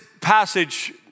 passage